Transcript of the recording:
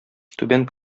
түбән